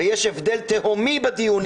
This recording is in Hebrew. ויש הבדל תהומי בדיונים.